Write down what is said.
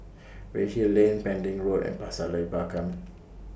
Redhill Lane Pending Road and Pasir Laba Camp